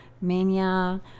mania